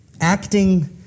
Acting